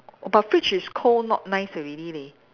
but fridge is cold not nice already leh